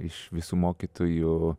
iš visų mokytojų